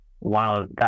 Wow